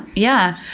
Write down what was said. yeah,